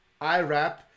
IRAP